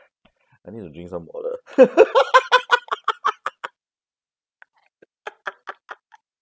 I need to drink some water